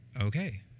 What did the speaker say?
okay